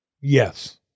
Yes